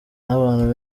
nabantu